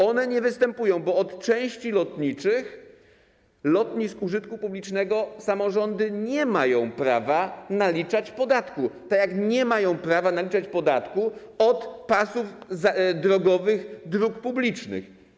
One nie występują, bo od części lotniczych lotnisk użytku publicznego samorządy nie mają prawa naliczać podatku, tak jak nie mają prawa naliczać podatku od pasów drogowych dróg publicznych.